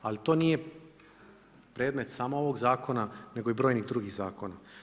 Ali to nije predmet samo ovog zakona nego i brojnih drugih zakona.